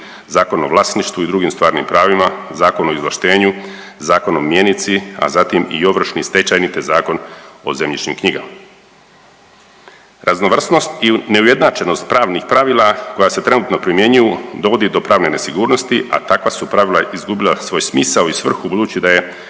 Zakon o vlasništvu i drugim stvarnim pravima, Zakon o izvrštenju, Zakon o mjenici, a zatim i Ovršni, Stečajni te Zakon o zemljišnim knjigama. Raznovrsnost i neujednačenost pravnih pravila koja se trenutno primjenjuju dovodi do pravne nesigurnosti, a takva su pravila izgubila svoj smisao i svrhu budući da je